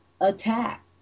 attack